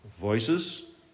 voices